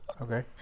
Okay